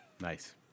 Nice